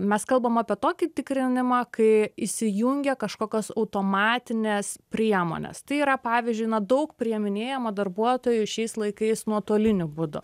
mes kalbame apie tokį tikrinimą kai įsijungia kažkokios automatinės priemonės tai yra pavyzdžiui daug priiminėjama darbuotojų šiais laikais nuotoliniu būdu